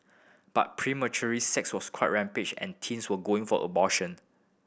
but sex was quite rampant and teens were going for abortion